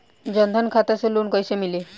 जन धन खाता से लोन कैसे मिली?